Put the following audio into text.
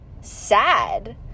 sad